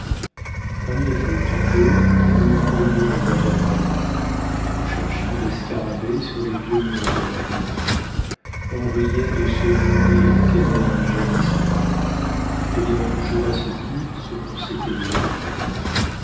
parmi les feuilles tombées nous courions au bois vermeil nous cherchions des scarabées sur les vieux murs au soleil on riait de ce bon rire qu'éden jadis entendit ayant toujours à se dire ce qu'on s'était déjà dit